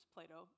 Plato